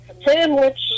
sandwich